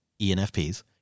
ENFPs